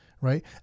right